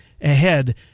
ahead